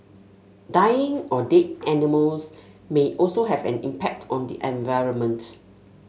dying or dead animals may also have an impact on the environment